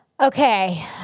Okay